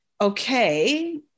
okay